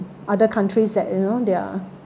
other countries that you know they're